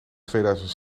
tweeduizend